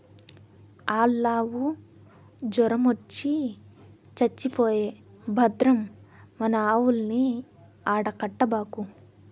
ఆల్లావు జొరమొచ్చి చచ్చిపోయే భద్రం మన ఆవుల్ని ఆడ కట్టబాకు